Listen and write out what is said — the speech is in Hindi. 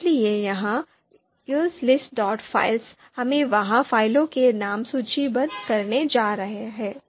इसलिए यह us listfiles 'हमें वहां फाइलों के नाम सूचीबद्ध करने जा रहा है